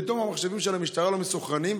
פתאום המחשבים של המשטרה לא מסונכרנים,